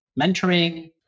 mentoring